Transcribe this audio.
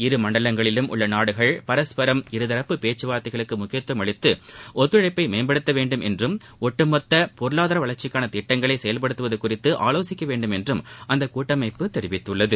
இரு மண்டலங்களிலும் உள்ள நாடுகள் பரஸ்பரம் இருதரப்பு பேச்சுவார்தைகளுக்கு முக்கியத்துவம் அளித்து ஒத்துழைப்பை மேம்படுத்த வேண்டும் என்றும் ஒட்டுமொத்த பொருளாதார வளர்ச்சிக்கான திட்டங்களை செயல்படுத்துவது குறித்து ஆலோசிக்க வேண்டும் என்றும் அந்த கூட்டமைப்பு தெிவித்துள்ளது